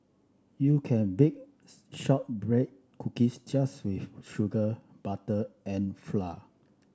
you can bake shortbread cookies just with sugar butter and flour